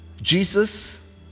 Jesus